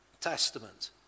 Testament